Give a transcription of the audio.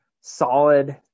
solid